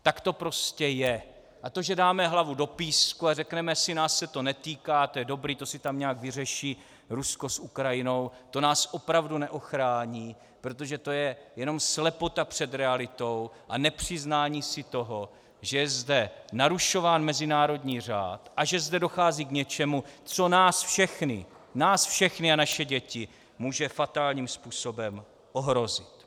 Tak to prostě je a to, že dáme hlavu do písku a řekneme nás se to netýká, to je dobré, to si tam nějak vyřeší Rusko s Ukrajinou, to nás opravdu neochrání, protože to je jenom slepota před realitou a nepřiznání si toho, že je zde narušován mezinárodní řád a že zde dochází k něčemu, co nás všechny a naše děti může fatálním způsobem ohrozit.